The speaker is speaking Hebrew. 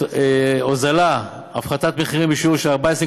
דברים מרכזיים, אנחנו מדברים על, דבר ראשון,